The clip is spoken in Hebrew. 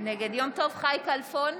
נגד יום טוב חי כלפון,